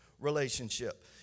relationship